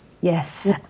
Yes